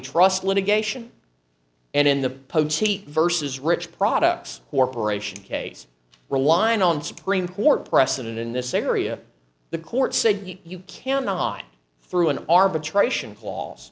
trust litigation and in the verses rich products corporation case reliant on supreme court precedent in this area the court said you cannot through an arbitration